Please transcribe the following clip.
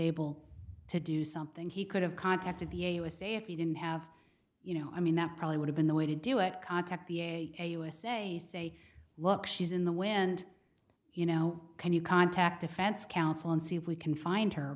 able to do something he could have contacted the usa if you didn't have you know i mean that probably would have been the way to do it contact the a usa say look she's in the wind you know can you contact defense counsel and see if we can find her